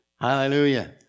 Hallelujah